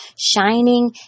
shining